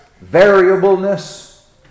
variableness